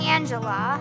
Angela